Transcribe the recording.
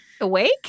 awake